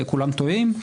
כולם טועים,